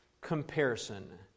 comparison